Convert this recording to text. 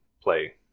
play